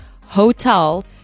hotel